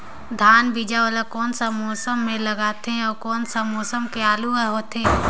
धान बीजा वाला कोन सा मौसम म लगथे अउ कोन सा किसम के आलू हर होथे?